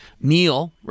meal